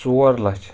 ژور لچھ